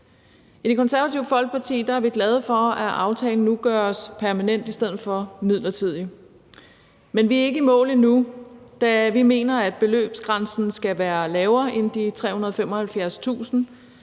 I Det Konservative Folkeparti er vi glade for, at aftalen nu gøres permanent i stedet for midlertidig. Men vi er ikke i mål endnu, da vi mener, at beløbsgrænsen skal være lavere end de 375.000